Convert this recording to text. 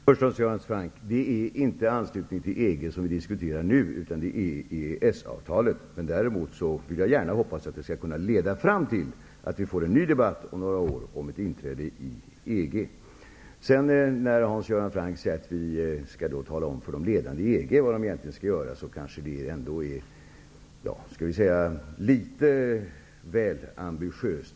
Herr talman! Vi diskuterar inte anslutningen till EG utan till EES-avtalet. Däremot hoppas jag gärna att detta leder fram till en ny debatt om några år om ett inträde i EG. Hans Göran Franck säger att vi skall tala om för de ledande i EG vad de skall göra. Det är kanske litet väl ambitiöst.